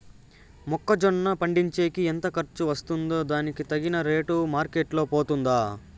మొక్క జొన్న పండించేకి ఎంత ఖర్చు వస్తుందో దానికి తగిన రేటు మార్కెట్ లో పోతుందా?